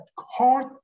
hard